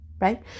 right